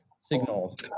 signals